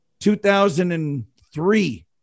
2003